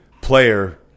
player